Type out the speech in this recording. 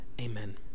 Amen